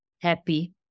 happy